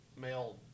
male